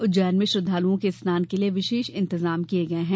उज्जैन में श्रद्धालुओं के स्नान के लिए विशेष इंतजाम किये गये है